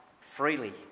freely